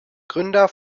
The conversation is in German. gründer